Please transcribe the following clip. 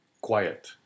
quiet